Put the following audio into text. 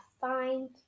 find